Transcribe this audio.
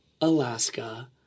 Alaska